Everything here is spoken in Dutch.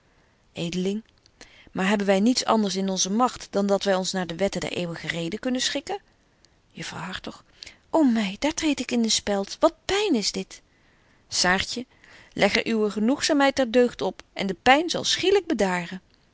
maar hebben wy niets anders in onze magt dan dat wy ons naar de wetten der eeuwige reden kunnen schikken juffrouw hartog o my daar treed ik in een speld wat pyn is dit saartje leg er uwe genoegzaamheid der deugd op en de pyn zal schielyk